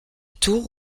tours